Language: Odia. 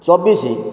ଚବିଶି